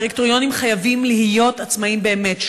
הדירקטוריונים חייבים להיות עצמאיים באמת,